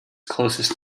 closest